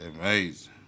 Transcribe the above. Amazing